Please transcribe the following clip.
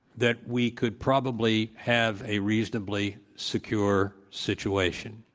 that we could probably have a reasonably secure situation.